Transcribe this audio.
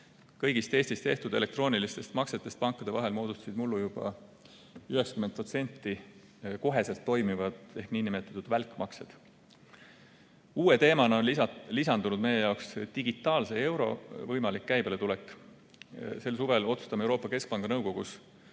Kõigist Eestis tehtud elektroonilistest maksetest pankade vahel moodustasid mullu juba 90% otsekohe toimivad ehk nn välkmaksed. Uue teemana on lisandunud meie jaoks digitaalse euro võimalik käibeletulek. Sel suvel otsustame Euroopa Keskpanga nõukogus,